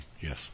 Yes